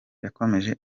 yakomeje